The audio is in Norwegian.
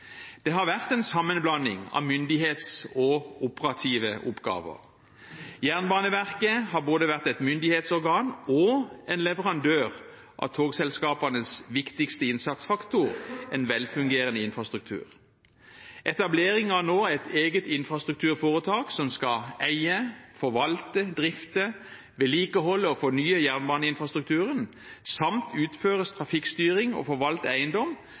Det har vært en sammenblanding av myndighetsoppgaver og operative oppgaver. Jernbaneverket har vært både et myndighetsorgan og en leverandør av togselskapenes viktigste innsatsfaktor: en velfungerende infrastruktur. Etablering av et eget infrastrukturforetak som skal eie, forvalte, drifte, vedlikeholde og fornye jernbaneinfrastrukturen samt utføre trafikkstyring og forvalte eiendom,